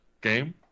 game